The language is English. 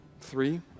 Three